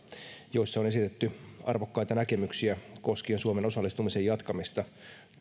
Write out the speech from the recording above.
joissa on esitetty arvokkaita näkemyksiä koskien suomen osallistumisen jatkamista